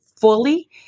fully